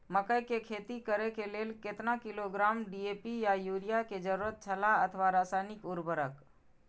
मकैय के खेती करे के लेल केतना किलोग्राम डी.ए.पी या युरिया के जरूरत छला अथवा रसायनिक उर्वरक?